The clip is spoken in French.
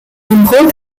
émeraude